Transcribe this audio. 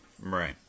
Right